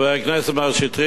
חבר הכנסת,